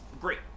great